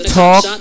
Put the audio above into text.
talk